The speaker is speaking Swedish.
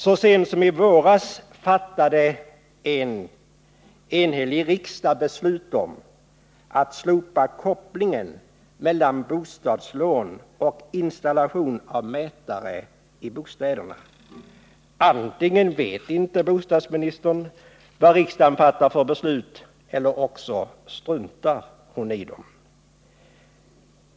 Så sent som i våras fattade en enhällig riksdag beslut om att slopa kopplingen mellan bostadslån och installation av mätare i bostäderna. Antingen vet inte bostadsministern vad riksdagen fattar för beslut eller också struntar hon i dem.